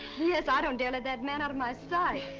yes. i don't dare let that man out of my sight.